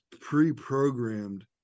pre-programmed